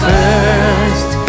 First